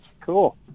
Cool